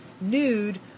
nude